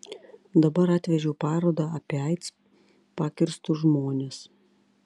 dabar atvežiau parodą apie aids pakirstus žmones